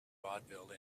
vaudeville